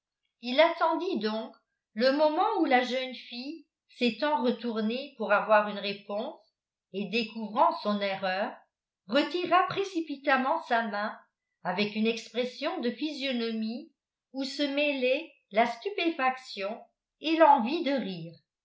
il attendit donc le moment où la jeune fille s'étant retournée pour avoir une réponse et découvrant son erreur retira précipitamment sa main avec une expression de physionomie où se mêlaient la stupéfaction et l'envie de rire